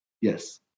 Yes